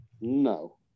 No